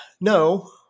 no